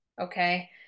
Okay